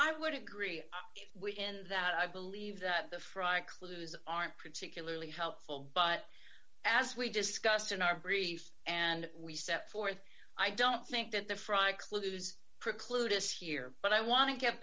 i would agree with in that i believe that the fry clues aren't particularly helpful but as we discussed in our brief and we step forth i don't think that the fry clues preclude us here but i want to get